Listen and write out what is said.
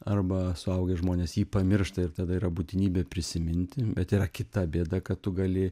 arba suaugę žmonės jį pamiršta ir tada yra būtinybė prisiminti bet yra kita bėda kad tu gali